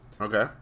Okay